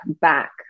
back